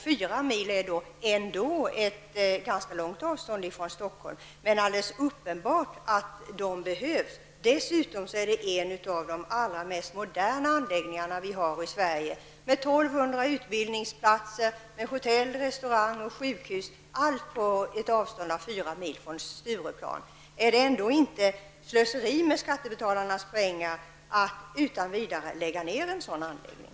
Fyra mil är ändå ett ganska långt avstånd från Stockholm. Dessutom är Ing 1 en av de mest moderna anläggningar som vi har i Sverige med 1 200 utbildningsplatser, hotell, restaurang och sjukhus, allt på ett avstånd av fyra mil från Stureplan. Är det ändå inte slöseri med skattebetalarnas pengar att utan vidare lägga ner en sådan anläggning?